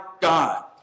God